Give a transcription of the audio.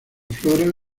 flora